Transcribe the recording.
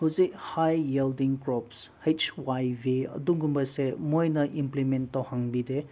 ꯍꯧꯖꯤꯛ high yielding crops H Y V ꯑꯗꯨꯒꯨꯝꯕꯁꯦ ꯃꯣꯏꯅ ꯏꯝꯄ꯭ꯂꯤꯃꯦꯟ ꯇꯧꯍꯟꯕꯤꯗꯦ